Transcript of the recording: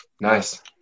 Nice